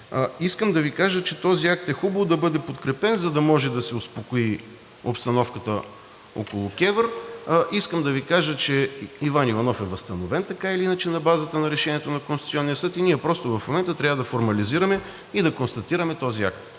Искам да Ви кажа, че е хубаво този акт да бъде подкрепен, за да може да се успокои обстановката около КЕВР. Искам да Ви кажа, че Иван Иванов е възстановен така или иначе на базата на Решението на Конституционния съд и ние просто в момента трябва да формализираме и констатираме този акт.